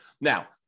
Now